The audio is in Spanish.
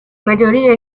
mayoría